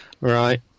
Right